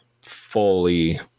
fully